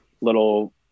little